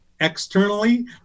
externally